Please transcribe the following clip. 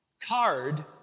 card